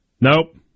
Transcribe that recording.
Nope